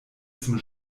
zum